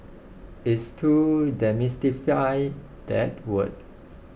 it's to demystify that word